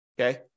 okay